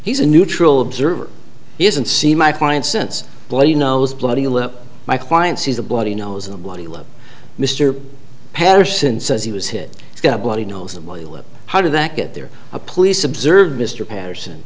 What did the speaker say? he's a neutral observer isn't seen my client since bloody nose bloody lip my client sees a bloody nose and a bloody lip mr patterson says he was hit he's got a bloody nose and how did that get there a police observed mr patterson